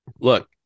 Look